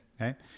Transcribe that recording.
Okay